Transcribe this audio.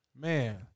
Man